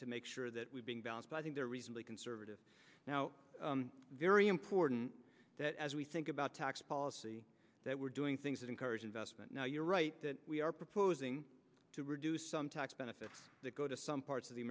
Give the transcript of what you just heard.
to make sure that we've been balanced by think they're reasonably conservative now very important that as we think about tax policy that we're doing things that encourage investment now you're right that we are proposing to reduce some tax benefits that go to some parts of the